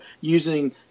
using –